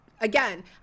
again